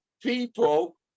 people